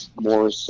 more